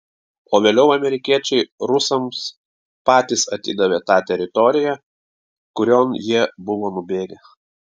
o vėliau amerikiečiai rusams patys atidavė tą teritoriją kurion jie buvo nubėgę